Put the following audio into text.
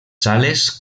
sales